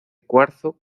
cuarzo